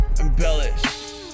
embellish